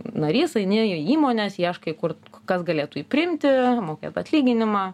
narys aini į įmones ieškai kur kas galėtų jį priimti mokėtų atlyginimą